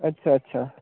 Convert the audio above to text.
अच्छा अच्छा